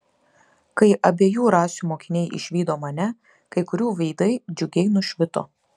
kai abiejų rasių mokiniai išvydo mane kai kurių veidai džiugiai nušvito